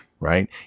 right